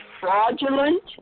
fraudulent